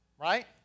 Right